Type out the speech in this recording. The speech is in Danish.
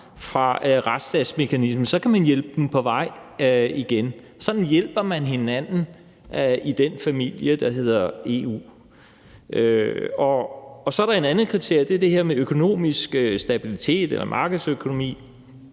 fra retsstatsmekanismerne, kan man hjælpe dem på vej igen. Sådan hjælper man hinanden i den familie, der hedder EU. Så er der et andet kriterium, og det er det her med økonomisk stabilitet eller markedsøkonomi.